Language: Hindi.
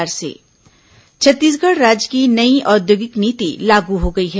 उद्योग नीति छत्तीसगढ़ राज्य की नई औद्योगिक नीति लागू हो गई है